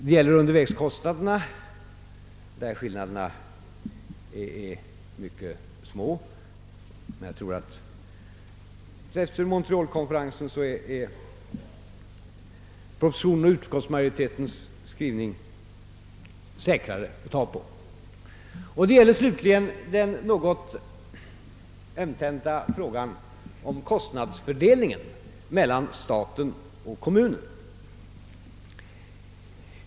Det gäller undervägskostnaderna där skillnaderna är mycket små, men jag tror att efter Montreal-konferensen är utskottsmajoritetens skrivning säkrare att ta på. Och det gäller slutligen den något ömtåliga frågan om kostnadsfördelningen mellan staten och kommunerna.